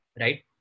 right